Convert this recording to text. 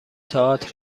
تئاتر